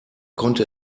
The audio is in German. konnte